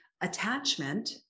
Attachment